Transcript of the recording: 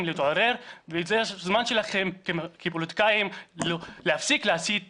להתעורר וזה הזמן שלכם כפוליטיקאים להפסיק להסית נגדנו.